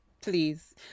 please